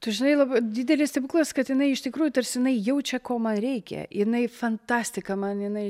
tu žinai labai didelis stebuklas kad jinai iš tikrųjų tarsi jinai jaučia ko man reikia jinai fantastika man jinai